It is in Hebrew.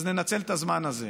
אז ננצל את הזמן הזה,